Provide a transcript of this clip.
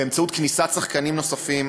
באמצעות כניסת שחקנים נוספים,